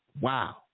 Wow